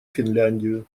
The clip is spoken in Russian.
финляндию